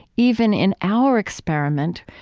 even in our experiment,